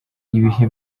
ibihe